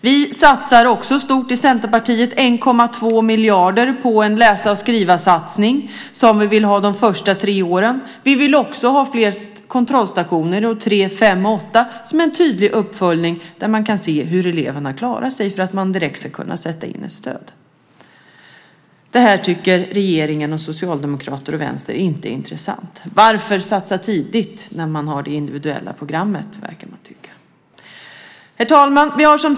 Vi i Centerpartiet satsar stort, 1,2 miljarder, på en läsa-och-skriva-satsning som vi vill ha de första tre åren. Vi vill ha fler kontrollstationer, år 3, 5 och 8, som en tydlig uppföljning där man kan se hur eleven klarar sig så att man direkt kan sätta in stöd. Det här tycker regeringen, Socialdemokraterna och Vänstern inte är intressant. Varför satsa tidigt, när man har det individuella programmet, verkar de tycka. Herr talman!